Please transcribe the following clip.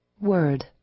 Word